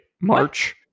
March